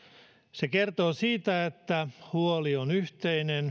se kertoo siitä että huoli on yhteinen